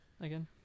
again